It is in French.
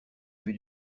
vue